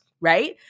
right